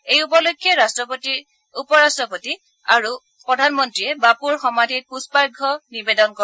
এই উপলক্ষে ৰাট্টপতি উপ ৰাট্টপতি আৰু প্ৰধানমন্ত্ৰীয়ে বাপুৰ সমাধিত পুষ্পাৰ্ঘ্য নিবেদন কৰে